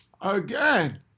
again